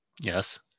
yes